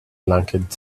lunkheads